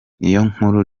niyonkuru